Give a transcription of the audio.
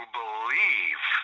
believe